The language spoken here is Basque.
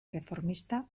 erreformista